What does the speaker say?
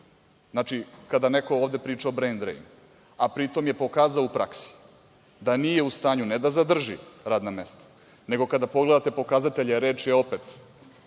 Znači, kada neko ovde priča o brain drain, a pri tom je pokazao u praksi da nije u stanju, ne da zadrži radna mesta, nego kada pogledate pokazatelje, reč je opet